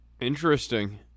interesting